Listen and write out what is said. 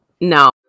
no